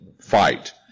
fight